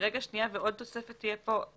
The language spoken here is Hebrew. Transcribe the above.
תהיה כאן